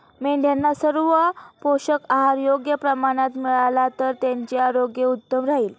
मेंढ्यांना सर्व पोषक आहार योग्य प्रमाणात मिळाला तर त्यांचे आरोग्य उत्तम राहील